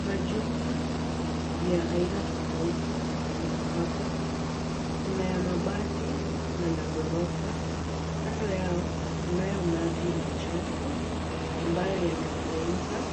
Majumba vya aina tofauti ziko hapa. Kuna ya mabati na la ghorofa. Kando yao kunayo maji machafu ambayo yanateremka.